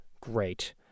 great